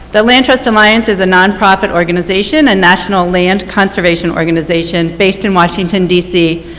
the land trust alliance is a nonprofit organization and national land conservation organization based in washington dc.